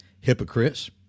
hypocrites